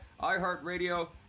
iHeartRadio